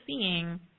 seeing